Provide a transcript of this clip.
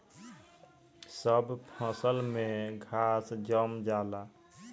सब फसल में घास जाम जाला